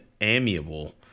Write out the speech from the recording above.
amiable